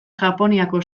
japoniako